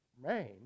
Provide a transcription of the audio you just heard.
remain